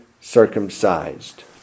circumcised